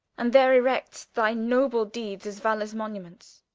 and there erects thy noble deeds, as valors monuments